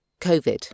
COVID